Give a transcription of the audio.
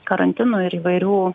karantino ir įvairių